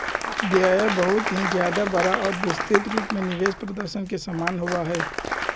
कुछ व्यय बहुत ही ज्यादा बड़ा और विस्तृत रूप में निवेश प्रदर्शन के समान होबा हई